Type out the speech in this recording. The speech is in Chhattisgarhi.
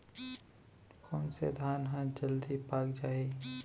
कोन से धान ह जलदी पाक जाही?